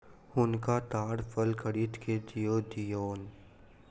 हुनका ताड़ फल खरीद के दअ दियौन